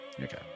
Okay